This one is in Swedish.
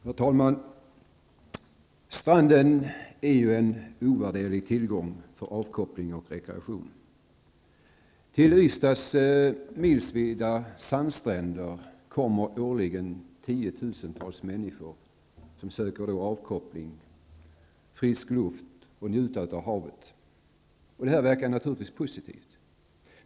Herr talman! Stranden är en ovärderlig tillgång för avkoppling och rekreation. Till Ystads milsvida sandstränder kommer årligen tiotusentals människor för att få avkoppling och frisk luft och för att njuta av havet. Detta verkar naturligtvis positivt.